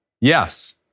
Yes